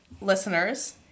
listeners